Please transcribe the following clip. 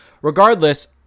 Regardless